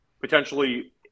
potentially